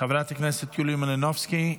חברת הכנסת יוליה מלינובסקי,